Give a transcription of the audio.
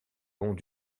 long